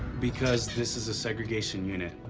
because this is a segregation unit,